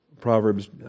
Proverbs